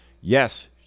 Yes